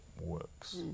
works